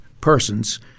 persons